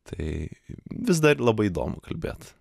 tai vis dar labai įdomu kalbėt